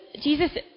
Jesus